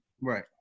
Right